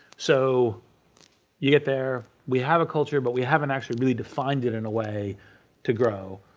so you get there, we have a culture but we haven't actually really defined it in a way to grow,